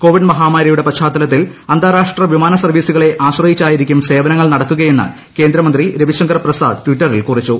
Covid മഹാമാരിയുടെ പശ്ചാത്തലത്തിൽ അന്തരാഷ്ട്ര വിമാനസർവീസുകളെ ആശ്രയിച്ചായിരിക്കും സേവനങ്ങൾ നടക്കുകയെന്ന് കേന്ദ്രമന്ത്രി രവി ശങ്കർ പ്രസാദ് ട്വിറ്ററിൽ കുറിച്ചു